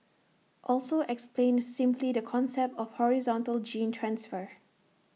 also explained simply the concept of horizontal gene transfer